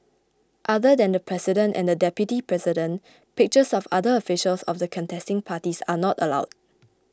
other than the president and the deputy president pictures of other officials of the contesting parties are not allowed